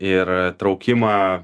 ir traukimą